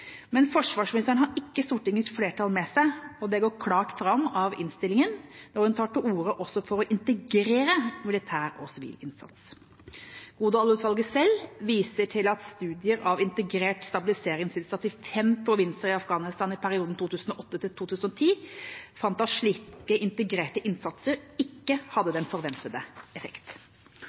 Men forsvarsministeren har ikke Stortingets flertall med seg – og det går klart fram av innstillinga – når hun tar til orde også for å integrere militær og sivil innsats. Godal-utvalget selv viser til at studier av integrert stabiliseringsinnsats i fem provinser i Afghanistan i perioden 2008–2010 fant at slike integrerte innsatser ikke hadde den forventede effekt.